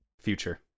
Future